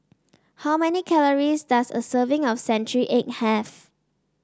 how many calories does a serving of Century Egg have